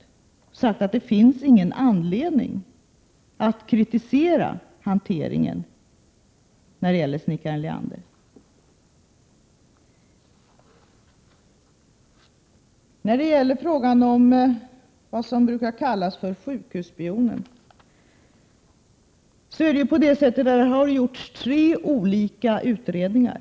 Man har sagt att det inte finns någon anledning att kritisera hanteringen beträffande snickaren Leander. När det gäller frågan om vad man brukar kalla sjukhusspionen har man ju gjort tre olika utredningar.